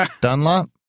Dunlop